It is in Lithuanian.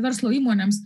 verslo įmonėms